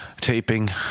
taping